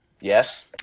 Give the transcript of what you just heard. Yes